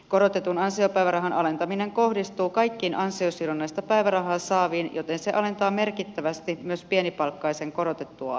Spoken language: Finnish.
korotetun ansiopäivärahan alentaminen kohdistuu kaikkiin ansiosidonnaista päivärahaa saaviin joten se alentaa merkittävästi myös pienipalkkaisen korotettua ansio osaa